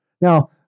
Now